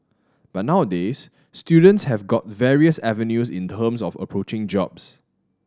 but nowadays students have got various avenues in terms of approaching jobs